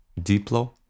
Diplo